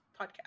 Podcast